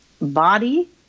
body